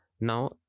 Now